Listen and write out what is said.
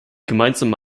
gemeinsame